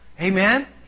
Amen